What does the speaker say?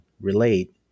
relate